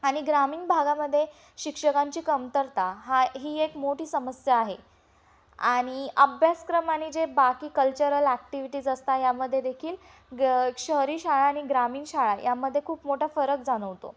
आणि ग्रामीण भागामध्ये शिक्षकांची कमतरता हा ही एक मोठी समस्या आहे आणि अभ्यासक्रम आणि जे बाकी कल्चरल ॲक्टिव्हिटीज असतात यामध्ये देखील ग शहरी शाळा आणि ग्रामीण शाळा यामध्ये खूप मोठा फरक जाणवतो